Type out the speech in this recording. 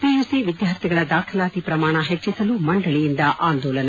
PUC ವಿದ್ಯಾರ್ಥಿಗಳ ದಾಖಲಾತಿ ಪ್ರಮಾಣ ಹೆಚ್ಚಿಸಲು ಮಂಡಳಿಯಿಂದ ಆಂದೋಲನ